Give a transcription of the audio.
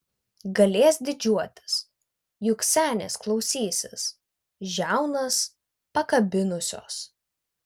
galės didžiuotis juk senės klausysis žiaunas pakabinusios